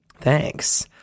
Thanks